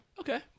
Okay